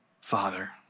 Father